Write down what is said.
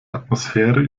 atmosphäre